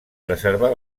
preservar